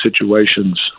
situations